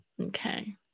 okay